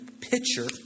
picture